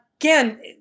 again